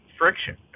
friction